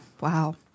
Wow